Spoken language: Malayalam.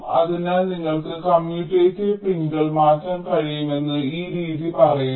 അതിനാൽ നിങ്ങൾക്ക് കമ്മ്യൂട്ടേറ്റീവ് പിൻകൾ മാറ്റാൻ കഴിയുമെന്ന് ഈ രീതി പറയുന്നു